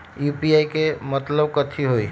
UPI के मतलब कथी होई?